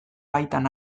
baitan